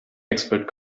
expert